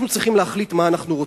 אנחנו צריכים להחליט מה אנחנו רוצים,